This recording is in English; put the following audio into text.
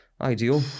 ideal